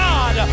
God